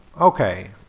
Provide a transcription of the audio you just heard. Okay